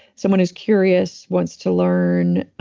someone who's curious, wants to learn,